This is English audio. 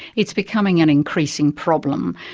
it's becoming an increasing problem.